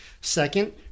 Second